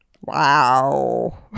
Wow